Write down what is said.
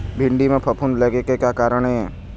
भिंडी म फफूंद लगे के का कारण ये?